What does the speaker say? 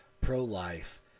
pro-life